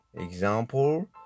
example